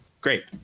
great